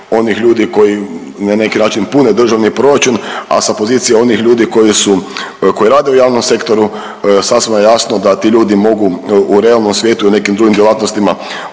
onih ljudi koji na neki način pune državni proračun, a sa pozicije onih ljudi koji su, koji rade u javnom sektoru sasma je jasno da ti ljudi mogu u realnom svijetu i nekim drugim djelatnostima